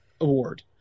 award